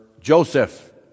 Joseph